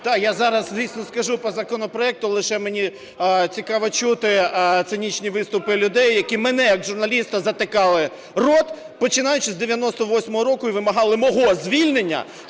Да, я зараз, звісно, скажу по законопроекту. Лише мені цікаво чути цинічні виступи людей, які мені як журналісту затикали рот, починаючи з 98-го року, і вимагали мого звільнення